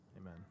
amen